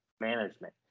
management